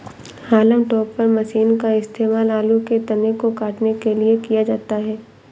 haulm topper machine का इस्तेमाल आलू के तने को काटने के लिए किया जाता है